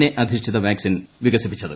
A അധിഷ്ഠിത vaccine വികസിപ്പിച്ചത്